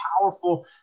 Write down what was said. powerful